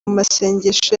masengesho